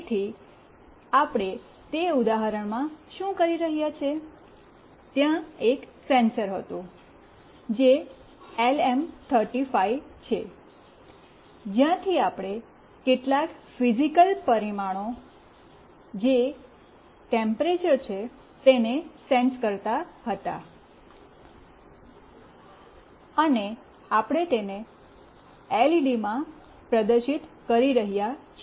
તેથીઆપણે તે ઉદાહરણમાં શું કરી રહ્યા છીએ ત્યાં એક સેન્સર હતું જે એલએમ35 છે જ્યાંથી આપણે કેટલાક ફિઝિકલ પરિમાણો જે ટેમ્પરેચર છે તેને સેન્સ કરતા હતા અને આપણે તેને એલસીડીમાં પ્રદર્શિત કરી રહ્યા છીએ